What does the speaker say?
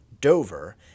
dover